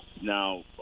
Now